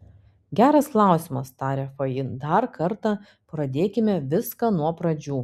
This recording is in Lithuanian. geras klausimas tarė fain dar kartą pradėkime viską nuo pradžių